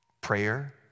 prayer